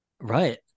right